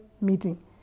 meeting